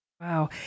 Wow